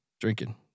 Drinking